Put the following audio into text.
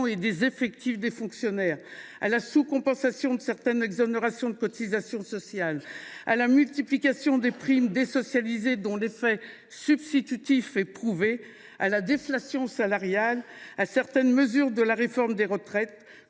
et des effectifs des fonctionnaires, à la sous compensation de certaines exonérations de cotisations sociales, à la multiplication des primes désocialisées dont l’effet substitutif est prouvé, à la déflation salariale, ainsi qu’à certaines mesures de la réforme des retraites